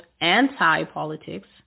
anti-politics